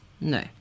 No